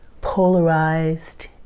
polarized